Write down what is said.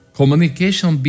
Communication